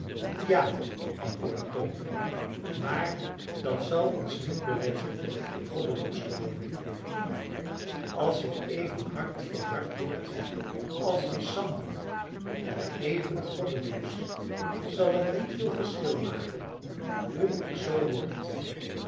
ja antwoordde tom maar dat zal ons niet beletten goddeloos te worden als ik even hard van hart wordt als die sambo en even goddeloos zal het niet veel verschil maken hoe ik zoo word